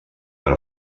per